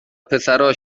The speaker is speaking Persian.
پسرها